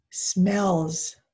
smells